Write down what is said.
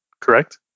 correct